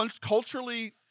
culturally